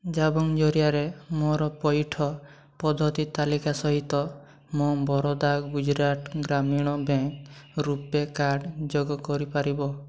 ଜାବଙ୍ଗ୍ ଜରିଆରେ ମୋର ପଇଠ ପଦ୍ଧତି ତାଲିକା ସହିତ ମୋ ବରୋଦା ଗୁଜୁରାଟ ଗ୍ରାମୀଣ ବ୍ୟାଙ୍କ୍ ରୂପୈ କାର୍ଡ଼୍ ଯୋଗ କରିପାରିବ